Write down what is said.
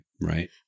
right